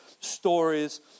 stories